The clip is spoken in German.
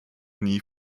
nie